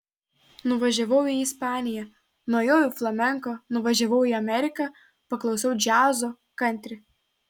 nuvažiavau į ispaniją nuėjau į flamenko nuvažiavau į ameriką paklausiau džiazo kantri